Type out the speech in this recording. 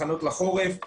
הכנות לחורף,